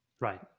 right